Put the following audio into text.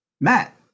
Matt